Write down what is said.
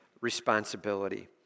responsibility